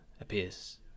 appears